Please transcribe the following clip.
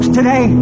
today